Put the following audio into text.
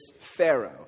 pharaoh